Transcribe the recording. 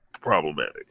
problematic